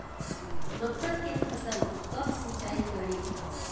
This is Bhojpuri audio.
मका के फ़सल कब सिंचाई करी?